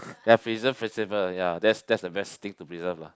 ya preserve vegetable yeah that's that's the best thing to preserve lah